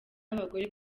abagore